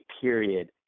period